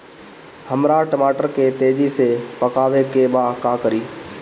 हमरा टमाटर के तेजी से पकावे के बा का करि?